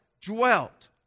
dwelt